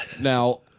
Now